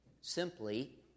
Simply